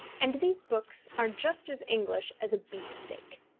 and these books are just as english as a beef-steak.